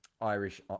Irish